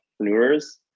entrepreneurs